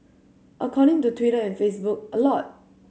according to Twitter and Facebook a lot